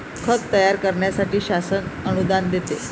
खत तयार करण्यासाठी शासन अनुदान देते